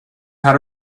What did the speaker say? how